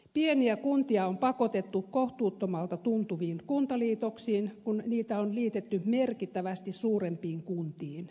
pieniä kuntia on pakotettu kohtuuttomalta tuntuviin kuntaliitoksiin kun niitä on liitetty merkittävästi suurempiin kuntiin